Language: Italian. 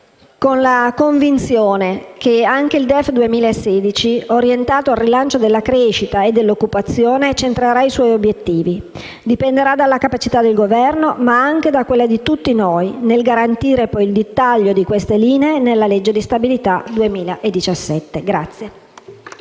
con la convinzione che anche il DEF 2016, orientato al rilancio della crescita e dell'occupazione, centrerà i suoi obiettivi. Dipenderà dalla capacità del Governo, ma anche da quella di tutti noi nel garantire il dettaglio di queste linee nella legge di stabilità del 2017.